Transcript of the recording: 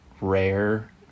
rare